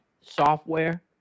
software